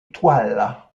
toile